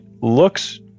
looks